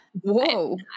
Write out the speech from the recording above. Whoa